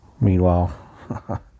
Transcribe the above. Meanwhile